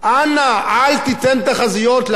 אנא אל תיתן ל-2012,